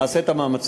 נעשה את המאמצים.